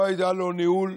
לא היה לו ניהול,